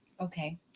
okay